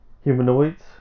humanoids